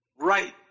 Right